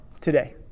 today